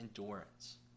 endurance